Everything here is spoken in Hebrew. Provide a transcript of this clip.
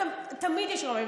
תמיד יש רמאים.